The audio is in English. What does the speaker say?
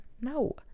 No